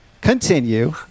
Continue